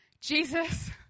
Jesus